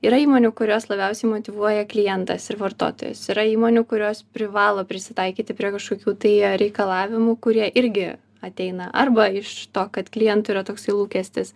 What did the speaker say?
yra įmonių kuriuos labiausiai motyvuoja klientas ir vartotojas yra įmonių kurios privalo prisitaikyti prie kažkokių tai reikalavimų kurie irgi ateina arba iš to kad klientų yra toksai lūkestis